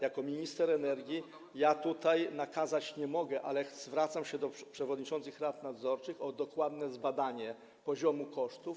Jako minister energii ja tutaj nakazać nie mogę, ale zwracam się do przewodniczących rad nadzorczych o dokładne zbadanie poziomu kosztów.